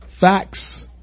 facts